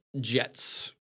Jets